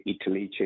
Italy